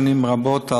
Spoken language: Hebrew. שנים רבות,